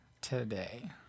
today